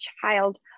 child